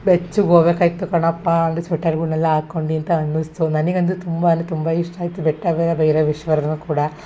ಬೆಚ್ಚಗ್ ಹೋಬೇಕಾಯ್ತು ಕಣಪ್ಪ ಅಲ್ಲಿ ಸ್ವೆಟರ್ಗಳ್ನೆಲ್ಲ ಹಾಕೊಂಡಿ ಅಂತ ಅನ್ನಿಸ್ತು ನನಗಂತೂ ತುಂಬ ಅಂದರೆ ತುಂಬ ಇಷ್ಟ ಆಯಿತು ಬೆಟ್ಟದ ಭೈರವೇಶ್ವರ್ನ ಕೂಡ